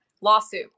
lawsuit